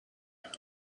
and